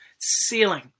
ceiling